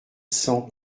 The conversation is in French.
cents